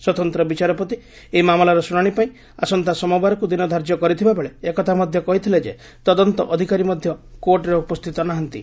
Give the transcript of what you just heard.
ସ୍ୱତନ୍ତ୍ର ବିଚାରପତି ଏହି ମାମଲାର ଶୁଣାଶିପାଇଁ ଆସନ୍ତା ସୋମବାରକୁ ଦିନ ଧାର୍ଯ୍ୟ କରିଥିବାବେଳେ ଏକଥା ମଧ୍ୟ କହିଥିଲେ ଯେ ତଦନ୍ତ ଅଧିକାରୀ ମଧ୍ୟ କୋର୍ଟରେ ଉପସ୍ଥିତ ନାହାନ୍ତି